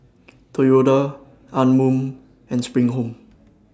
Toyota Anmum and SPRING Home